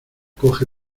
coge